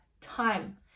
time